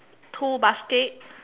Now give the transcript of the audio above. two baskets